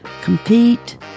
compete